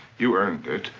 you earned it.